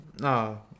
No